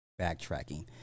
backtracking